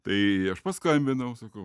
tai aš paskambinau sakau